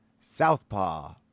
Southpaw